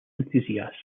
enthusiasts